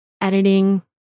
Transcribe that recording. editing